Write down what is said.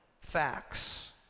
facts